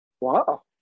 Wow